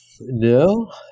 No